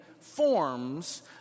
forms